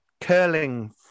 curling